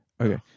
Okay